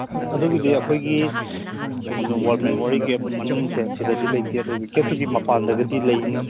ꯑꯗꯨꯕꯨꯗꯤ ꯑꯩꯈꯣꯏꯒꯤ ꯑꯗꯨꯝ ꯋꯥꯔ ꯃꯦꯃꯣꯔꯤꯌꯦꯜꯒꯤ ꯍꯦꯛ ꯃꯅꯨꯡꯁꯦ ꯁꯤꯗꯗꯤ ꯂꯩꯇꯦ ꯑꯗꯨꯒꯤ ꯒꯦꯠꯇꯨꯒꯤ ꯃꯄꯥꯟꯗꯒꯗꯤ ꯂꯩꯅꯤ